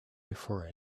before